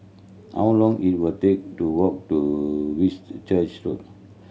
how long it were take to walk to Whitchurch Road